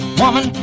woman